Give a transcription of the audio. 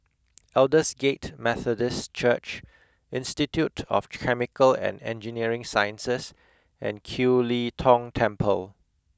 Aldersgate Methodist Church Institute of Chemical and Engineering Sciences and Kiew Lee Tong Temple